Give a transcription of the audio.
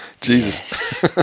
Jesus